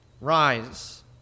Rise